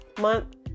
month